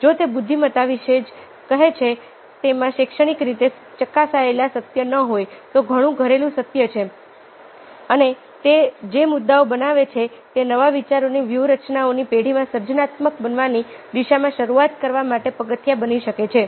જો તે બુદ્ધિમત્તા વિશે જે કહે છે તેમાં શૈક્ષણિક રીતે ચકાસાયેલ સત્ય ન હોય તો ઘણું ઘરેલું સત્ય છે અને તે જે મુદ્દાઓ બનાવે છે તે નવા વિચારોની વ્યૂહરચનાઓની પેઢીમાં સર્જનાત્મક બનવાની દિશામાં શરૂઆત કરવા માટે પગથિયાં બની શકે છે